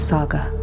Saga